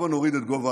הבה נוריד את גובה